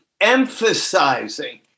emphasizing